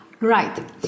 Right